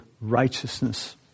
righteousness